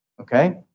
Okay